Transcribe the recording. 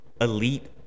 elite